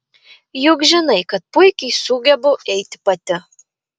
juk žinai kad puikiai sugebu eiti pati